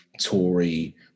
Tory